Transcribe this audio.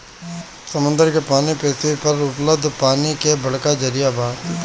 समुंदर के पानी पृथ्वी पर उपलब्ध पानी के बड़का जरिया बा